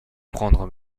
prendre